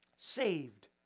Saved